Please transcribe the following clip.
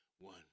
one